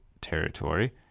territory